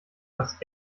was